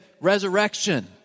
resurrection